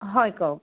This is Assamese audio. হয় কওক